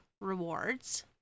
rewards